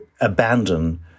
abandon